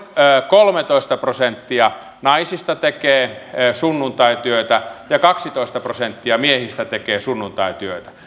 kolmetoista prosenttia naisista tekee sunnuntaityötä ja kaksitoista prosenttia miehistä tekee sunnuntaityötä